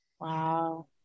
wow